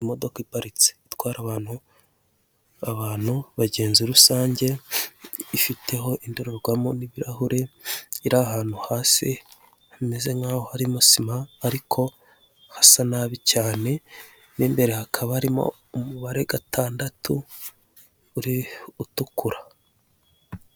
Imodoka iparitse itwara abantu, abantu abagenzi rusange ifiteho indorerwamo n'ibirahure, iri ahantu hasi hameze nk'aho harimo sima ariko hasa nabi cyane, mo imbere hakaba arimo umubare gatandatu uri utukura.